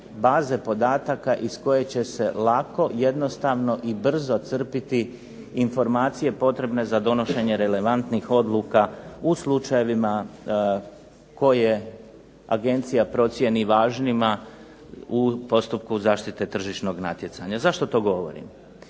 baze podataka iz koje će se lako, jednostavno i brzo crpiti informacije za donošenje relevantnih odluka u slučajevima koje agencija procjeni važnima u postupku zaštite tržišnog natjecanja. Zašto to govorim?